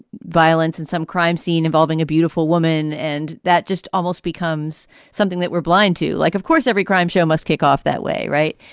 violence and some crime scene involving a beautiful woman. and that just almost becomes something that we're blind to like. of course, every crime show must kick off that way. right.